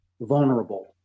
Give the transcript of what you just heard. vulnerable